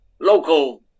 local